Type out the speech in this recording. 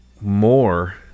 more